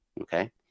Okay